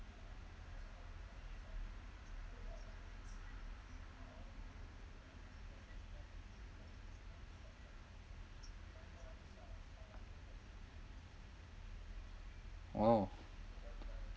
orh